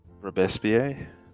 Robespierre